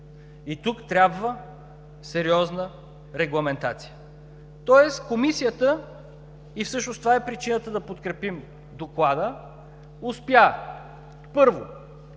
и тук трябва сериозна регламентация. Тоест Комисията, и всъщност това е причината да подкрепим Доклада, успя, първо,